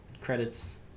credits